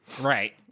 Right